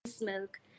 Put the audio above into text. milk